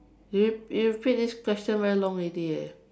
you you repeat this question very long already eh